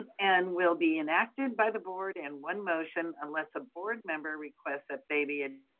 and will be enacted by the board in one motion unless a board member requests that they be. ah